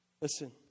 listen